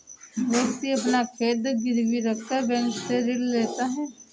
व्यक्ति अपना खेत गिरवी रखकर बैंक से ऋण लेता है